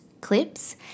clips